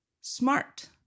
smart